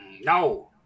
No